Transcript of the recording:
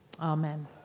Amen